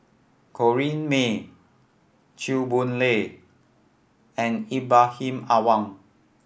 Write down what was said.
Corrinne May Chew Boon Lay and Ibrahim Awang